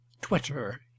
twitter